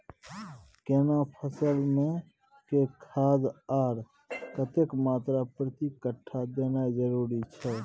केना फसल मे के खाद आर कतेक मात्रा प्रति कट्ठा देनाय जरूरी छै?